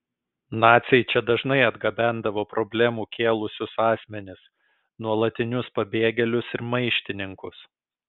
naciai čia dažnai atgabendavo problemų kėlusius asmenis nuolatinius pabėgėlius ir maištininkus